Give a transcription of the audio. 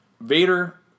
Vader